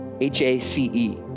H-A-C-E